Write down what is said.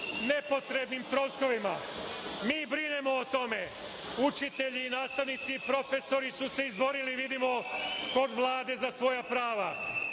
nepotrebnim troškovima? Mi brinemo o tome. Učitelji i nastavnici i profesori su se izborili, vidimo, kod Vlade za svoja prava,